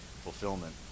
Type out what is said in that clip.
fulfillment